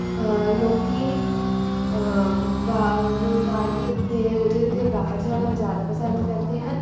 ਲੋਕੀਂ ਬਾਹ ਰੁਜ਼ਗਾਰ ਕ ਦੇ ਉਹਦੇ ਉੱਤੇ ਬਾਹਰ ਜਾਣਾ ਜ਼ਿਆਦਾ ਪਸੰਦ ਕਰਦੇ ਹਨ